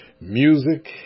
music